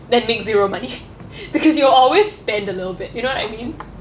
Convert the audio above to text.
than make zero money because you will always spend a little bit you know what I mean